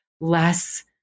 less